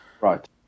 right